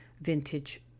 vintage